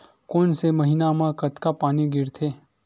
कोन से महीना म कतका पानी गिरथे?